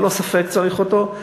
ללא ספק צריך אותו,